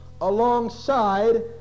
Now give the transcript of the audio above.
alongside